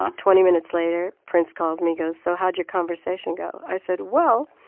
um twenty minutes later, prince calls me, goes so how'd your conversation go? i said, well,